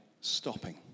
stopping